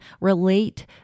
relate